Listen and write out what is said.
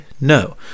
No